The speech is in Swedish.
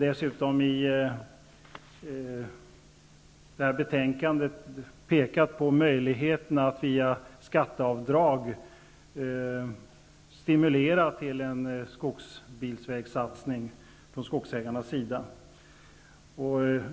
Betänkandet pekar dessutom på möjligheten att via skatteavdrag stimulera till en satsning på skogsbilvägar från skogsägarnas sida.